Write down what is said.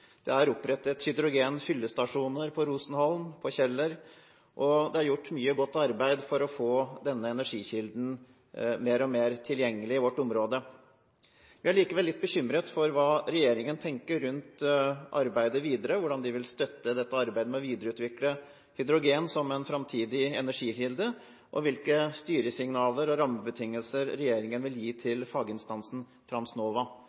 Det er opprettet hydrogen fyllestasjoner på Rosenholm og på Kjeller, og det er gjort mye godt arbeid for å få denne energikilden mer tilgjengelig i vårt område. Vi er likevel litt bekymret for hva regjeringen tenker rundt arbeidet videre – hvordan den vil støtte arbeidet med å videreutvikle hydrogen som en fremtidig energikilde, og hvilke styringssignaler og rammebetingelser regjeringen vil gi til